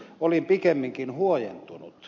olin pikemminkin huojentunut